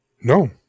No